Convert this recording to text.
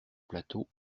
plateau